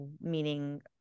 meaning